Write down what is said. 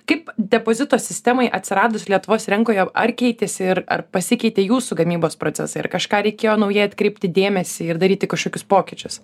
kaip depozito sistemai atsiradus lietuvos rinkoje ar keitėsi ir ar pasikeitė jūsų gamybos procesai ir kažką reikėjo naujai atkreipti dėmesį ir daryti kažkokius pokyčius